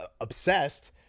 obsessed